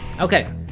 Okay